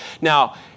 Now